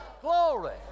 glory